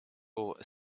bought